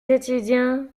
étudiants